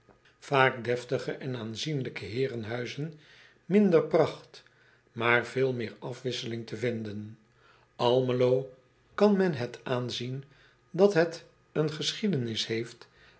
vaak deftige en aanzienlijke heerenhuizen minder pracht maar veel meer afwisseling te vinden lmelo kan men het aanzien dat het een geschiedenis heeft